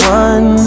one